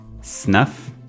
Snuff